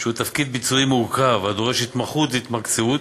שהוא תפקיד ביצועי מורכב הדורש התמחות והתמקצעות.